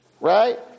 right